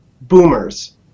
boomers